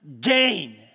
gain